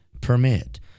permit